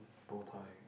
bowtie